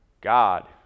God